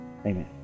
Amen